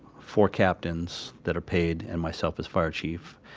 four captains that are paid and myself as fire chief,